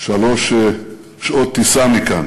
שלוש שעות טיסה מכאן,